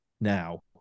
now